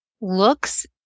looks